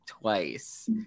twice